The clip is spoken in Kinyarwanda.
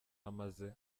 amaze